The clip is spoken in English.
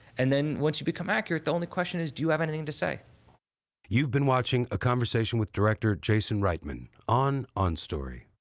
and then once you become accurate, the only question is do you have anything to say? narrator you've been watching a conversation with director jason reitman on on story.